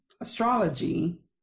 astrology